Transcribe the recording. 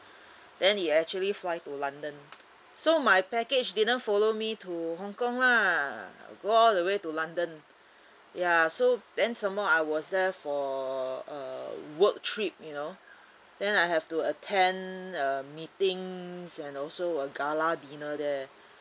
then it actually fly to london so my package didn't follow me to hong kong lah go all the way to london ya so then some more I was there for a work trip you know then I have to attend a meeting and also a gala dinner there